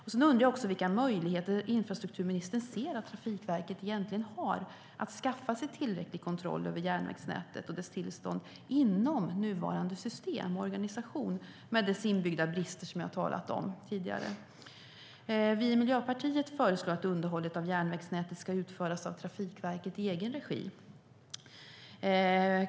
Jag undrar också vilka möjligheter infrastrukturministern ser att Trafikverket har att skaffa sig tillräcklig kontroll över järnvägsnätet och dess tillstånd inom nuvarande system och organisation, med de inbyggda brister som jag har talat om tidigare. Vi i Miljöpartiet föreslår att underhållet av järnvägsnätet ska utföras av Trafikverket i egen regi.